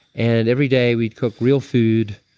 and every day we'd cook real food,